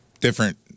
Different